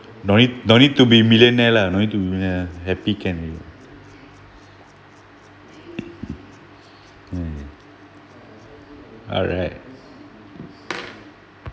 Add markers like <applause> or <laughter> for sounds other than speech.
no need no need to be millionaire lah no need to be millionaire happy can already <noise> alright